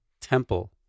temple